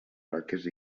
roques